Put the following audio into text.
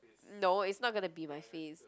no it's not gonna be my face